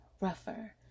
rougher